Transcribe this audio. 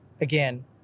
again